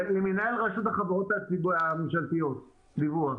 למנהל רשות החברות הממשלתיות, דיווח.